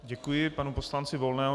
Děkuji panu poslanci Volnému.